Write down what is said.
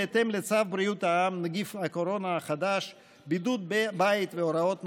בהתאם לצו בריאות העם (נגיף הקורונה החדש) (בידוד בית והוראות נוספות)